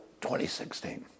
2016